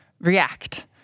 react